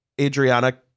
Adriana